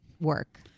work